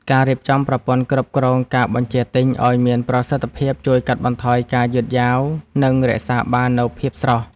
ការរៀបចំប្រព័ន្ធគ្រប់គ្រងការបញ្ជាទិញឱ្យមានប្រសិទ្ធភាពជួយកាត់បន្ថយការយឺតយ៉ាវ និងរក្សាបាននូវភាពស្រស់។